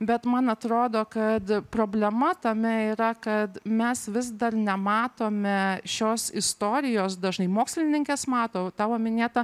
bet man atrodo kad problema tame yra kad mes vis dar nematome šios istorijos dažnai mokslininkės mato tavo minėta